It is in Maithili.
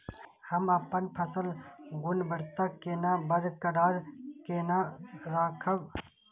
हम अपन फसल गुणवत्ता केना बरकरार केना राखब?